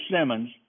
Simmons